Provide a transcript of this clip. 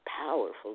powerful